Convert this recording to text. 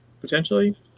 Potentially